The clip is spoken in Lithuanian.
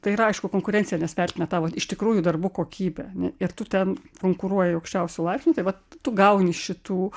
tai yra aišku konkurencija nes vertina tavo iš tikrųjų darbų kokybę ir tu ten konkuruoji aukščiausiu laipsniu tai vat tu gauni šitų